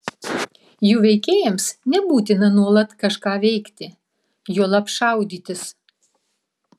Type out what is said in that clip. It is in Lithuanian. jų veikėjams nebūtina nuolat kažką veikti juolab šaudytis